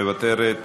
מוותרת,